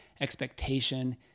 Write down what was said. expectation